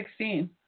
2016